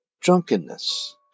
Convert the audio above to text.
drunkenness